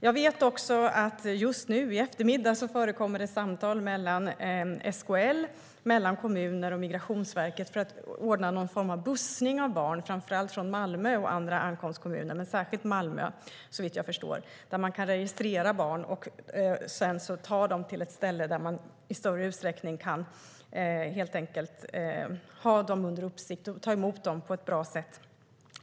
Just nu under eftermiddagen pågår samtal mellan SKL, kommuner och Migrationsverket för att ordna någon form av bussning av barn, framför allt från Malmö och andra ankomstkommuner. Det handlar om att registrera barnen och sedan ta dem till ett ställe där det i större utsträckning går att ha dem under uppsikt och ta emot dem på ett bra sätt.